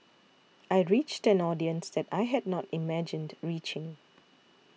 I reached an audience that I had not imagined reaching